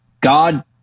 God